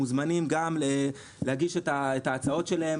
הם מוזמנים להגיש את ההצעות שלהם,